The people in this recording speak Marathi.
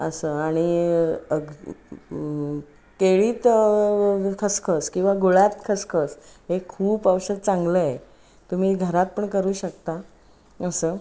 असं आणि अग केळी तर खसखस किंवा गुळात खसखस हे खूप औषध चांगलं आहे तुम्ही घरात पण करू शकता असं